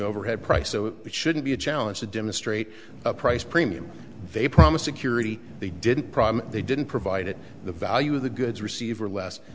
overhead price so it shouldn't be a challenge to demonstrate a price premium they promised security they didn't promise they didn't provide it the value of the goods receiver les